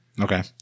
Okay